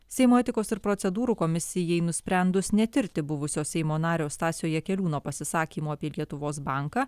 seimo etikos ir procedūrų komisijai nusprendus netirti buvusio seimo nario stasio jakeliūno pasisakymo apie lietuvos banką